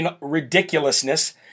ridiculousness